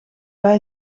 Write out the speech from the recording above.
bij